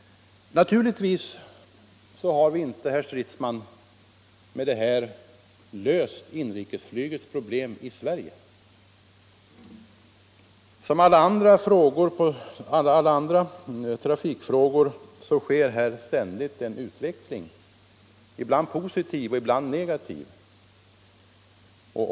Naturligtvis har vi inte, herr Stridsman, med det här löst det svenska inrikesflygets problem. Som på alla andra trafikområden sker här ständigt en utveckling, ibland positiv och ibland negativ.